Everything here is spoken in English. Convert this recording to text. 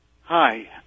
Hi